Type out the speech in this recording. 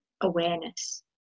awareness